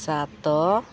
ସାତ